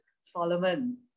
Solomon